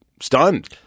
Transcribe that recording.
stunned